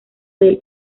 del